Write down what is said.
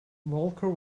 walker